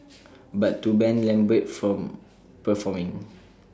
but to ban lambert from performing